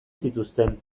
zituzten